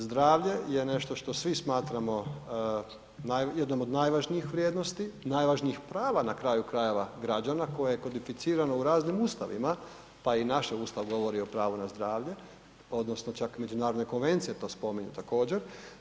Zdravlje je nešto što svi smatramo jednom od najvažniji vrijednosti, najvažnijih prava na kraju krajeva, građana, koje je kodificirano u raznim ustavima, pa i naš Ustav govori o pravu na zdravlje, odnosno čak, međunarodne konvencije to spominju, također.